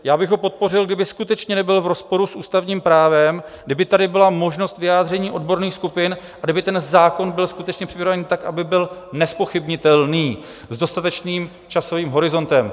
Já bych ho podpořil, kdyby skutečně nebyl v rozporu s ústavním právem, kdyby tady byla možnost vyjádření odborných skupin a kdyby ten zákon byl skutečně připravený tak, aby byl nezpochybnitelný, s dostatečným časovým horizontem.